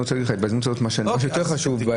בהזדמנות זו מה שיותר חשוב,